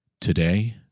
today